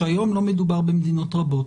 שהיום לא מדובר במדינות רבות,